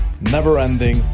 never-ending